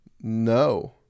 no